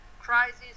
crisis